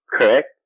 correct